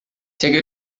take